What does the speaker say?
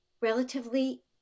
relatively